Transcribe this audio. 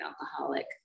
alcoholic